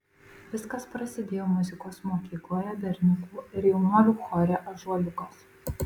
viskas prasidėjo muzikos mokykloje berniukų ir jaunuolių chore ąžuoliukas